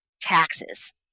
taxes